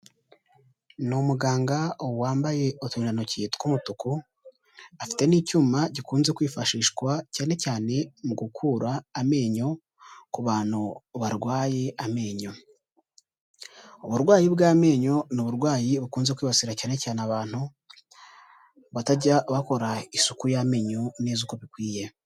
Ni umuganga wambaye uturindantoki tw'umutuku, afite n'icyuma gikunze kwifashishwa cyane cyane mu gukura amenyo ku bantu barwaye amenyo, uburwayi bw'amenyo ni uburwayi bukunze kwibasira cyane cyane abantu batajya bakora isuku y'amenyo neza uko bikwiye.